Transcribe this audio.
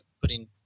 putting